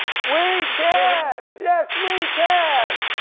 we can! yes we can!